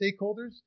stakeholders